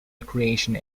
recreation